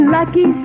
Lucky